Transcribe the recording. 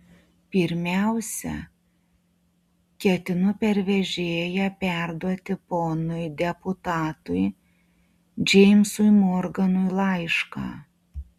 pirmiausia ketinu per vežėją perduoti ponui deputatui džeimsui morganui laišką